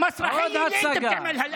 זאת הצגה.